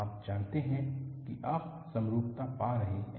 आप जानते हैं कि आप समरूपता पा रहे हैं